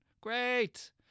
great